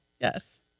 Yes